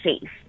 safe